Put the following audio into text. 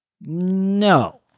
No